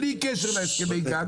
בלי קשר להסכמי גג,